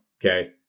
Okay